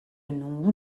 nom